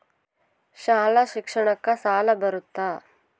ಶಾಲಾ ಶಿಕ್ಷಣಕ್ಕ ಸಾಲ ಬರುತ್ತಾ?